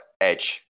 Edge